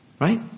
Right